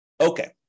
Okay